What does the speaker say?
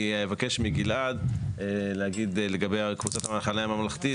אני אבקש מגלעד להגיד לגבי קבוצת המחנה הממלכתי,